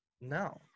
No